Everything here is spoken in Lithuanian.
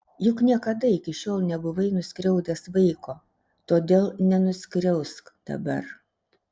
juk niekada iki šiol nebuvai nuskriaudęs vaiko todėl nenuskriausk dabar